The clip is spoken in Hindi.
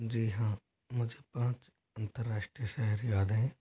जी हाँ मुझे पाँच अंतर्राष्ट्रीय शहर याद हैं